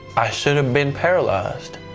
i should have been paralyzed.